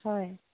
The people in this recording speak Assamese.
হয়